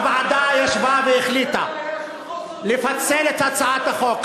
הוועדה ישבה והחליטה לפצל את הצעת החוק.